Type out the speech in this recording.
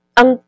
ang